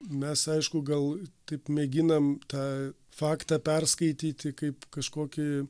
mes aišku gal taip mėginam tą faktą perskaityti kaip kažkokį